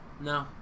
No